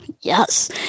Yes